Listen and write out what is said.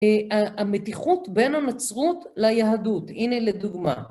המתיחות בין הנצרות ליהדות, הנה לדוגמה.